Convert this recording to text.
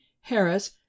Harris